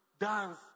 dance